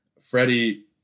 Freddie